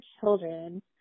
children